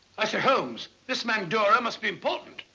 i say, holmes, this man, durrer, must be important.